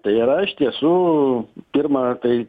tai yra iš tiesų pirma tai